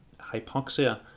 Hypoxia